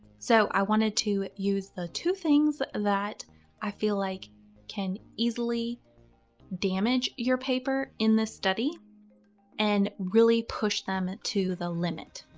so i wanted to use the two things that i feel like can easily damage your paper in this study and really push them to the limit.